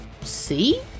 see